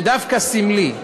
שדווקא סמלי,